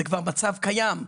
זה כבר מצב קיים.